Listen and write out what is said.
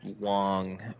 long